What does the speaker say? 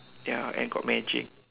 ya and got magic